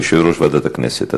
יושב-ראש ועדת הכנסת.